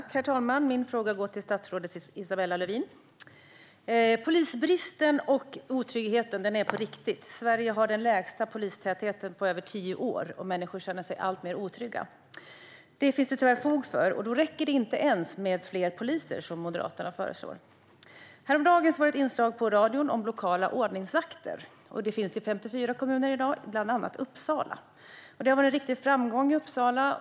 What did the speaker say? Herr talman! Min fråga går till statsrådet Isabella Lövin. Polisbristen och otryggheten är på riktigt. Sverige har den lägsta polistätheten på över tio år. Människor känner sig alltmer otrygga, och det finns det tyvärr fog för. Då räcker det inte ens med fler poliser, som Moderaterna föreslår. Häromdagen var det ett inslag på radio om lokala ordningsvakter, som i dag finns i 54 kommuner, bland annat Uppsala. Det har varit en riktig framgång i Uppsala.